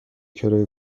کرایه